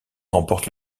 remporte